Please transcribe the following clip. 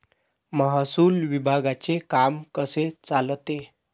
महसूल विभागाचे काम कसे चालते?